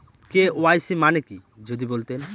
KYC মানে কি যদি বলতেন?